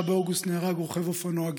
ב-3 באוגוסט נהרג רוכב אופנוע,